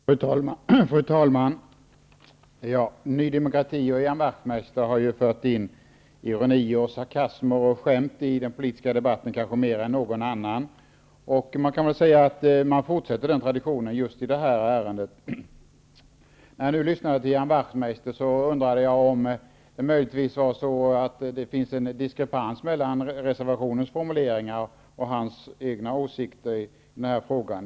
Fru talman! Ny demokrati och Ian Wachtmeister har fört in ironi, sarkasmer och skämt i den politiska debatten kanske mer än någon annan. Man kan säga att den traditionen fortsätter i just detta ärende. När jag lyssnade till Ian Wachtmeister undrade jag om det möjligen finns en diskrepans mellan reservationens formuleringar och hans egna åsikter i denna fråga.